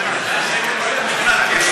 מחזק את הדמוקרטיה.